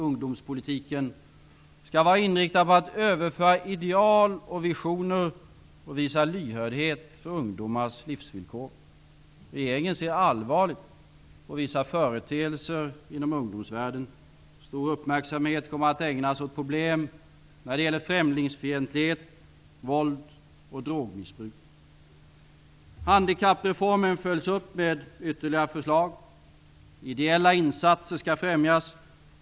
Ungdomspolitiken skall vara inriktad på att överföra ideal och visioner och visa lyhördhet för ungdomars livsvillkor. Regeringen ser allvarligt på vissa företeelser inom ungdomsvärlden. Stor uppmärksamhet kommer att ägnas åt problem när det gäller främlingsfientlighet, våld och drogmissbruk. Handikappreformen följs upp med ytterligare förslag. Ideella insatser skall främjas.